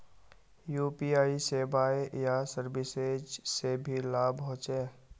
UPI सेवाएँ या services से की लाभ होचे?